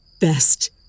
Best